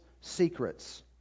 secrets